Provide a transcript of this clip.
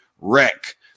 wreck